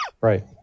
Right